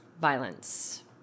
violence